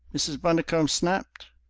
mrs. bundercombe snapped.